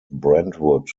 brentwood